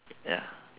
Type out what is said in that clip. ya